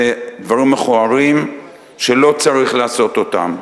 זה דברים מכוערים שלא צריך לעשות אותם.